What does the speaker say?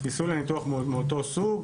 כיסוי לניתוח מאותו סוג,